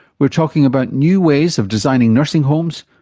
we're talking about new ways of designing nursing homes,